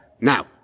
Now